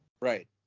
right